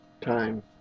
time